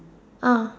uh